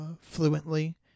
fluently